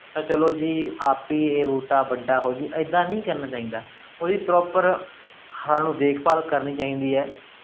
ਤਾਂ ਚਲੋ ਜੀ ਆਪ ਹੀ ਇਹ ਬੂਟਾ ਵੱਡਾ ਹੋਜੂ ਇੱਦਾਂ ਨਹੀਂ ਕਰਨਾ ਚਾਹੀਦਾ ਉਹਦੀ ਪ੍ਰੋਪਰ ਸਾਨੂੰ ਦੇਖਭਾਲ ਕਰਨੀ ਚਾਹੀਦੀ ਹੈ